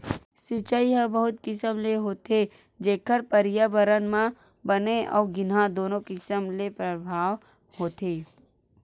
सिचई ह बहुत किसम ले होथे जेखर परयाबरन म बने अउ गिनहा दुनो किसम ले परभाव होथे